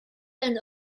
and